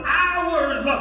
hours